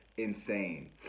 Insane